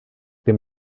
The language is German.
dem